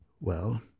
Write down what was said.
Well